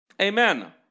Amen